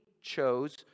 chose